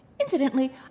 Incidentally